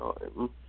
time